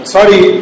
Sorry